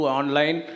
online